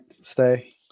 stay